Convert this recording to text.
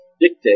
dictate